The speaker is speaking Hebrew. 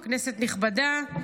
חבר הכנסת ישראל אייכלר,